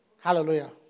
Hallelujah